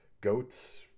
Goats